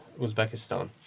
Uzbekistan